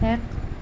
এক